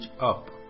up